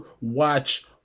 watch